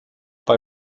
bei